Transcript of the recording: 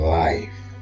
life